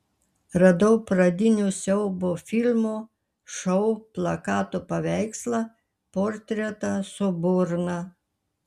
radau pradinio siaubo filmo šou plakato paveikslą portretą su burna